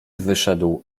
wyszedł